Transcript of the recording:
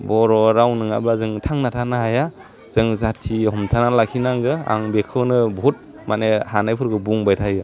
बर' राव नङाबा जों थांना थानो हाया जों जाति हमथाना लाखि नांगो आं बेखौनो बहुद माने हानायफोरखो बुंबाय थायो